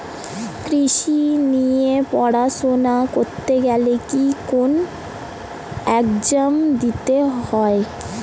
কৃষি নিয়ে পড়াশোনা করতে গেলে কি কোন এগজাম দিতে হয়?